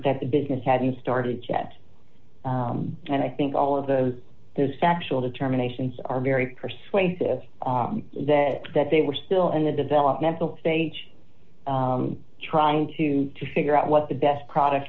that the business hadn't started to chat and i think all of those those factual determinations are very persuasive that that they were still in the developmental stage trying to figure out what the best product